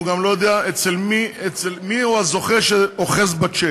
הוא גם לא יודע מיהו הזוכה שאוחז בצ'ק.